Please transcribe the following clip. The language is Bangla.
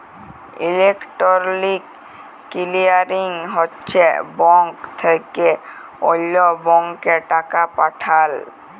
ইলেকটরলিক কিলিয়ারিং হছে ব্যাংক থ্যাকে অল্য ব্যাংকে টাকা পাঠাল